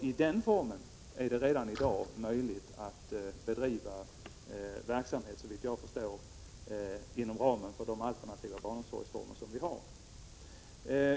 I den formen är det redan i dag möjligt att bedriva verksamhet inom ramen för den alternativa barnomsorg som vi har.